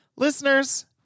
Listeners